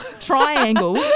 triangle